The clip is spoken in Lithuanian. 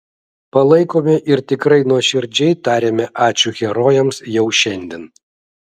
palaikome ir tikrai nuoširdžiai tariame ačiū herojams jau šiandien